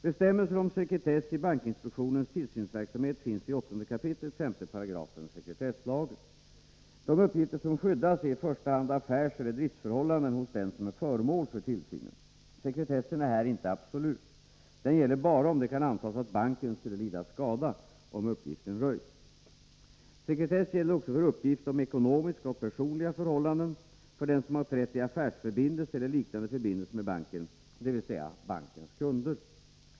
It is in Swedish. Bestämmelser om sekretess i bankinspektionens tillsynsverksamhet finns i 8 kap. 5 § sekretesslagen . De uppgifter som skyddas är i första hand affärseller driftförhållanden hos den som är föremål för tillsynen. Sekretessen är här inte absolut. Den gäller bara om det kan antas att banken skulle lida skada om uppgiften röjs. Sekretess gäller också för uppgift om ekonomiska och personliga förhållanden för den som har trätt i affärsförbindelse eller liknande förbindelser med banken, dvs. bankens kunder.